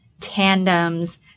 tandems